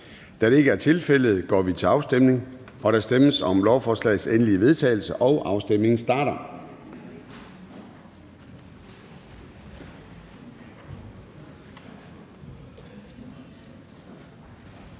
Da det ikke er tilfældet, går vi til afstemning. Kl. 09:06 Formanden (Søren Gade): Der stemmes om lovforslagets endelige vedtagelse, og afstemningen starter.